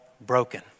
broken